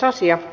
asia